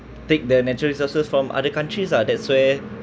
take the natural resources from other countries ah that's where